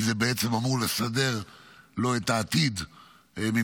כי זה בעצם אמור לסדר לו את העתיד מבחינתו,